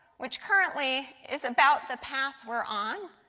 which currently is about the path we are on,